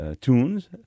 tunes